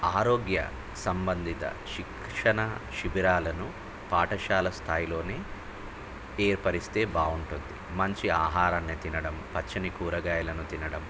ఆరోగ్య సంబంధిత శిక్షణ శిబిరాలను పాఠశాల స్థాయిలోనే ఏర్పరిస్తే బాగుంటుంది మంచి ఆహారాన్ని తినడం పచ్చని కూరగాయలను తినడం